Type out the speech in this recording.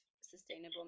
sustainable